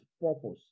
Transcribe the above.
purpose